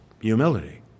humility